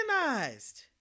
Organized